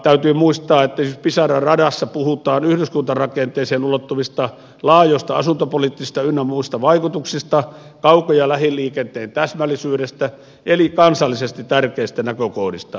täytyy muistaa että esimerkiksi pisara radassa puhutaan yhdyskuntarakenteeseen ulottuvista laajoista asuntopoliittisista ynnä muista vaikutuksista kauko ja lähiliikenteen täsmällisyydestä eli kansallisesti tärkeistä näkökohdista